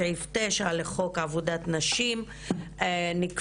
סעיף 9 לעבודת נשים נקבע,